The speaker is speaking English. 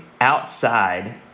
outside